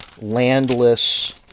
landless